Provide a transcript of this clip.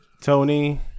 tony